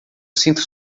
sinto